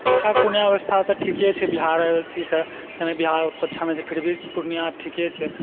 शिक्षा के पूर्णिया मे व्यवस्था तऽ ठीके छै बिहार अथी सऽ यानि फिर भी पूर्णिया ठीके छै